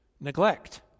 neglect